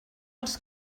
els